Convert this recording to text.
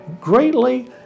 greatly